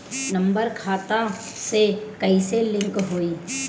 Number खाता से कईसे लिंक होई?